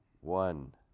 one